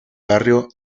barrio